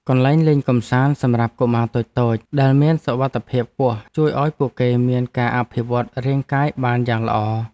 កន្លែងលេងកម្សាន្តសម្រាប់កុមារតូចៗដែលមានសុវត្ថិភាពខ្ពស់ជួយឱ្យពួកគេមានការអភិវឌ្ឍរាងកាយបានយ៉ាងល្អ។